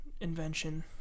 invention